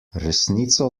resnico